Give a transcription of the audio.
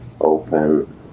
open